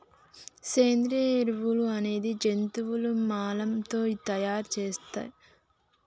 సేంద్రియ ఎరువులు అనేది జంతువుల మలం తో తయార్ సేత్తర్